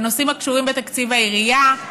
לנושאים הקשורים בתקציב העירייה,